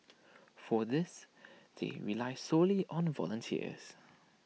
for this they rely solely on volunteers